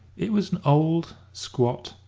it was an old, squat,